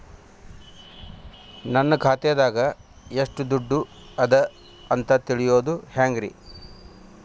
ನನ್ನ ಖಾತೆದಾಗ ಎಷ್ಟ ದುಡ್ಡು ಅದ ಅಂತ ತಿಳಿಯೋದು ಹ್ಯಾಂಗ್ರಿ?